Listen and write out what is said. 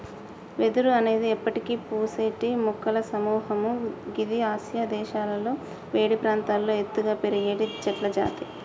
వెదురు అనేది ఎప్పటికి పూసేటి మొక్కల సముహము గిది ఆసియా దేశాలలో వేడి ప్రాంతాల్లో ఎత్తుగా పెరిగేటి చెట్లజాతి